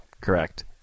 Correct